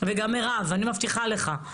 וגם מירב, אני מבטיחה לך.